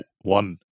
One